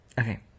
Okay